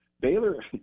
Baylor